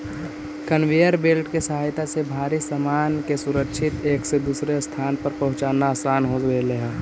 conveyor belt के सहायता से भारी सामान के सुरक्षित एक से दूसर स्थान पर पहुँचाना असान हो गेलई हे